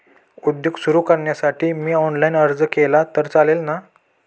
उद्योग सुरु करण्यासाठी मी ऑनलाईन अर्ज केला तर चालेल ना?